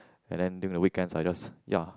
and then during the weekend I just ya